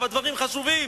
והדברים חשובים,